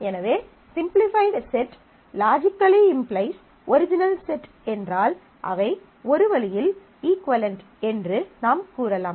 எனவே simplified set logically implies original set என்றால் அவை ஒரு வழியில் இஃக்குவளென்ட் என்று நாம் கூறலாம்